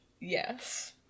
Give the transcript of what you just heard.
Yes